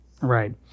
Right